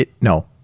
No